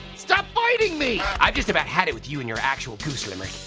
stop biting me. i just about had it with you and your actual goose limerick,